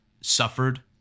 suffered